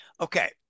Okay